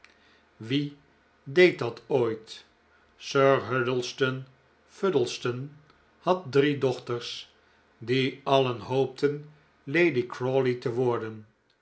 wie deed dat ooit sir huddleston fuddleston had drie dochters die alien hoopten lady crawley te worden